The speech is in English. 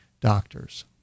doctors